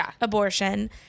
abortion